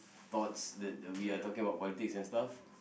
thoughts that that we are talking about politics and stuff